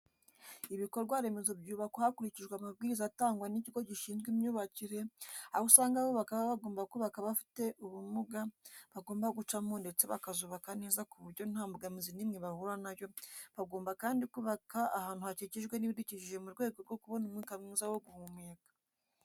Ibikorwa remezo byubakwa hakurikijwe amabwiriza atangwa n'ikigo gishinzwe imyubakire, aho usanga abubaka baba bagomba kubaka abafite ubumuga bagomba gucamo ndetse bakuzubaka neza ku buryo ntambogamizi n'imwe bahura na yo, bagomba kandi kubaka ahantu hakikijwe n'ibidukikije mu rwego rwo kubona umwuka mwiza wo guhumeka.